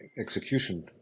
execution